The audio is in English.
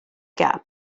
gap